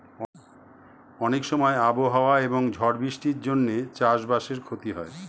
অনেক সময় আবহাওয়া এবং ঝড় বৃষ্টির জন্যে চাষ বাসের ক্ষতি হয়